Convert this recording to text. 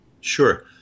Sure